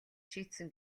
шийдсэн